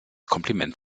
kompliment